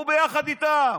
הוא ביחד איתם.